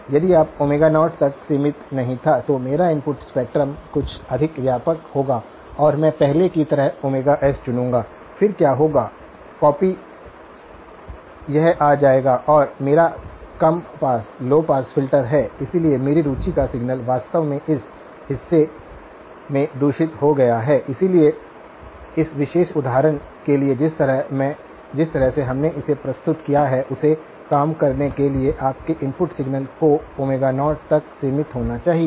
यदि यह 0 तक सीमित नहीं था तो मेरा इनपुट स्पेक्ट्रम कुछ अधिक व्यापक होगा और मैं पहले की तरह s चुनूंगा फिर क्या होगा कॉपी यह आ जाएगा और मेरा कम पास फिल्टर है इसलिए मेरी रुचि का सिग्नल वास्तव में इस हिस्से में दूषित हो गया है इसलिए इस विशेष उदाहरण के लिए जिस तरह से हमने इसे प्रस्तुत किया है उसे काम करने के लिए आपके इनपुट सिग्नल को 0 तक सीमित होना चाहिए